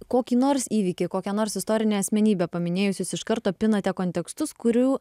kokį nors įvykį kokią nors istorinę asmenybę paminėjus jūs iš karto pinate kontekstus kurių